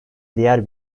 diğer